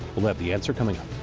we'll have the answer, coming